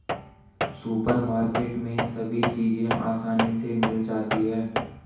supermarket में सभी चीज़ें आसानी से मिल जाती है